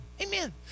Amen